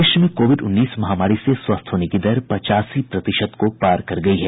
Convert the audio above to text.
देश में कोविड उन्नीस महामारी से स्वस्थ होने की दर पचासी प्रतिशत को पार कर गई है